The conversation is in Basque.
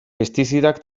pestizidak